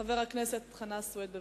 חבר הכנסת חנא סוייד.